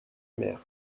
mer